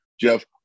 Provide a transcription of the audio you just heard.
Jeff